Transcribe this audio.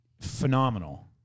Phenomenal